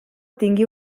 tingui